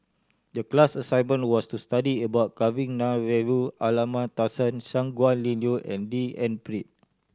the class assignment was to study about Kavignareru Amallathasan Shangguan Liuyun and D N Pritt